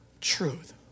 truth